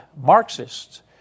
Marxists